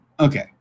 Okay